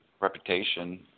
reputation